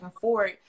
forward